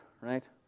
right